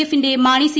എഫിന്റെ മാണി സി